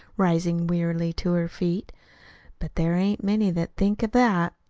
rising wearily to her feet but there ain't many that thinks of that.